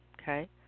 Okay